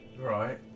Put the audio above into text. right